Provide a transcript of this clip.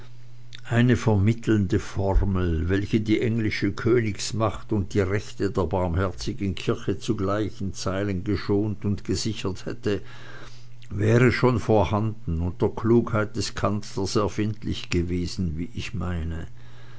eine vermittelnde formel welche die englische königsmacht und die rechte der barmherzigen kirche zu gleichen teilen geschont und gesichert hätte wäre schon vorhanden und der klugheit des kanzlers erfindlich gewesen wie ich meine